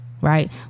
Right